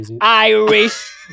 Irish